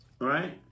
Right